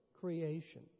creation